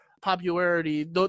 popularity